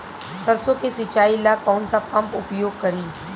सरसो के सिंचाई ला कौन सा पंप उपयोग करी?